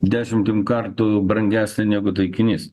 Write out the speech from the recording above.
dešimtim kartų brangesnė negu taikinys